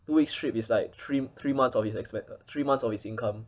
two weeks trip is like three m~ three months of his expe~ uh three months of his income